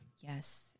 Yes